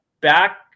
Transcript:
back